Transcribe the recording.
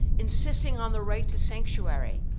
insisting on the right to sanctuary,